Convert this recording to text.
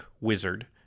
wizard